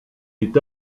est